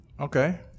Okay